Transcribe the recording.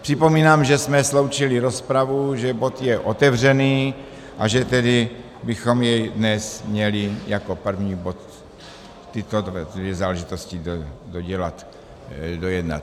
Připomínám, že jsme sloučili rozpravu, že bod je otevřený, a že tedy bychom dnes měli jako první bod tyto dvě záležitosti dodělat, dojednat.